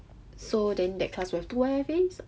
so then that class will have two Y_F_As